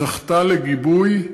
זכתה לגיבוי,